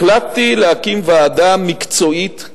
החלטתי להקים ועדה מקצועית,